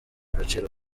agaciro